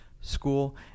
school